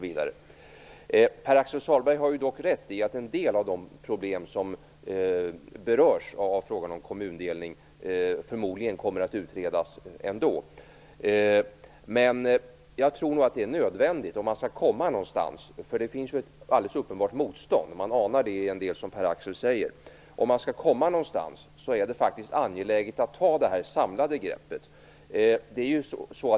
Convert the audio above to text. Pär-Axel Sahlberg har dock rätt i att en del av de problem som berörs av frågan om kommundelning förmodligen kommer att utredas ändå. Men det finns uppenbarligen ett motstånd, som man kan ana i en del av det som Pär-Axel Sahlberg säger. Jag tror nog att om man skall komma någonstans är det nödvändigt att ta ett samlat grepp.